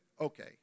Okay